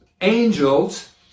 angels